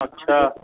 अछा